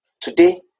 Today